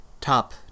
top